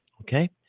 Okay